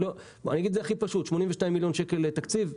אני אגיד את זה הכי פשוט: 82 מיליון שקל תקציב,